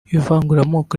ivanguramoko